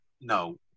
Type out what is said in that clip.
no